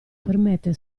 permette